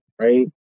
right